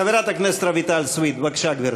חברת הכנסת רויטל סויד, בבקשה, גברתי.